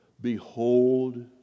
Behold